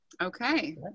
Okay